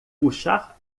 puxar